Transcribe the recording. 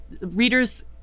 readers